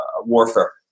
warfare